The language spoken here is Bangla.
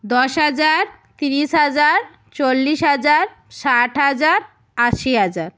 দশ হাজার তিরিশ হাজার চল্লিশ হাজার ষাট হাজার আশি হাজার